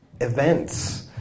events